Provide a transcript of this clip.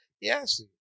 Yes